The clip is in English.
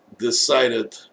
decided